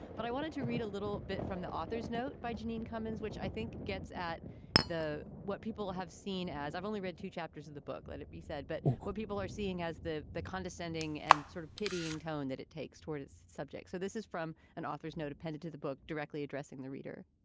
but i wanted to read a little bit from the author's note by janine cumins, which i think gets at the what people have seen as i've only read two chapters in the book. let it be said. but what people are seeing as the the condescending and sort of pitying tone that it takes toward its subject. so this is from an author's note appended to the book directly addressing the reader.